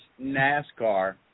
NASCAR